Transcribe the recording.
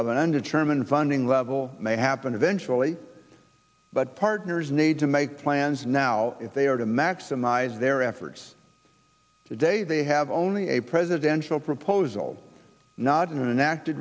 undetermined funding level may happen eventually but partners need to make plans now if they are to maximize their efforts today they have only a presidential proposal not an active